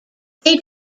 they